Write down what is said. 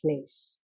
place